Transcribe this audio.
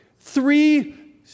three